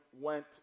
went